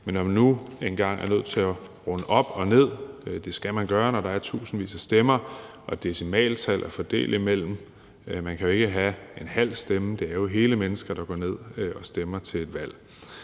man er nu engang nødt til at runde op og ned – det skal man gøre, når der er tusindvis af stemmer og decimaltal at fordele. Man kan jo ikke have en halv stemme – det er jo hele mennesker, der går ned og stemmer til et valg.